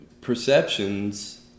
perceptions